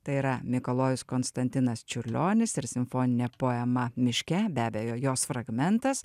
tai yra mikalojus konstantinas čiurlionis ir simfoninė poema miške be abejo jos fragmentas